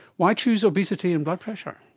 why choose obesity and blood pressure?